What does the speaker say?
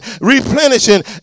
replenishing